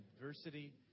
adversity